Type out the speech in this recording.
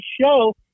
show